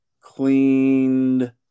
cleaned